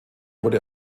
wurde